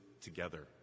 together